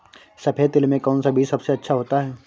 सफेद तिल में कौन सा बीज सबसे अच्छा होता है?